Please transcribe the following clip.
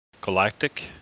galactic